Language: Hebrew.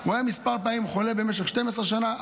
הוא היה כמה פעמים חולה במשך 12 שנה,